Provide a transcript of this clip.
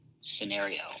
scenario